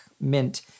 mint